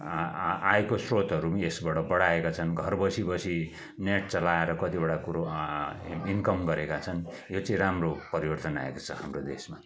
आयको श्रोतहरू पनि यसबाट बढाएका छन् घर बसी बसी नेट चलाएर कतिवटा कुरो इन्कम गरेका छन् यो चाहिँ राम्रो परिवर्तन आएको छ हाम्रो देशमा